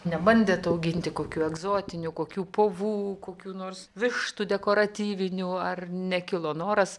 nebandėt auginti kokių egzotinių kokių povų kokių nors vištų dekoratyvinių ar nekilo noras